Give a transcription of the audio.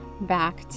back